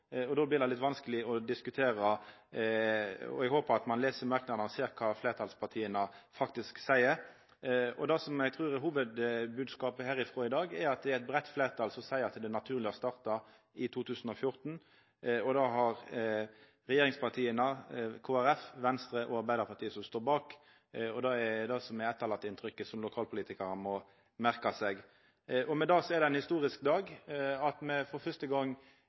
og då blir det litt vanskeleg å diskutera. Eg håpar at ein les merknadene og ser på kva fleirtalspartia faktisk seier. Det eg trur er hovudbodskapen herfrå i dag, er at det er eit breitt fleirtal som seier at det er naturleg å starta i 2014. Det står regjeringspartia, Kristeleg Folkeparti, Venstre og Arbeidarpartiet bak. Det er det inntrykket som er etterlate, og som lokalpolitikarane må merka seg. Med dette er det ein historisk dag at me for fyrste gong